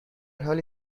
حالی